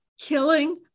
killing